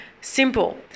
simple